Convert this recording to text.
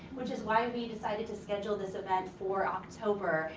which is why we decided to schedule this event for october.